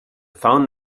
found